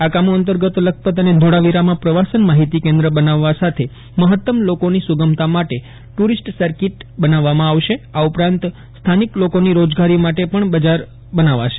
આ કામી અંતર્ગત લખપત અને ધોળાવીરામાં પ્રવાસન માહિતી કેન્દ્ર બનાવવા સાથે મહત્તમ લોકોની સુગમતા માટે ટૂરિસ્ટ સર્કિટ બનાવવામાં આવશે ઉપરાંત સ્થાનિક લોકોની રોજગારી માટે બજાર પણ બનાવાશે